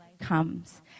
comes